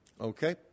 Okay